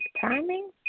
timing